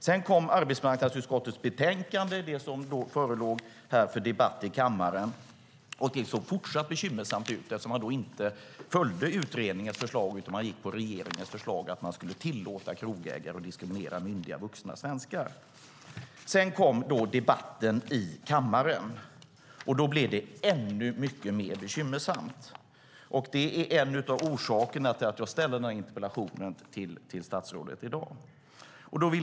Sedan kom arbetsmarknadsutskottets betänkande - det som förelåg för debatt i kammaren. Det såg fortsatt bekymmersamt ut eftersom man inte följde utredningens förslag utan gick på regeringens förslag om att man skulle tillåta krogägare att diskriminera myndiga vuxna svenskar. Sedan kom debatten i kammaren. Då blev det ännu mer bekymmersamt. Detta är en av orsakerna till att jag ställer interpellationen till statsrådet i dag.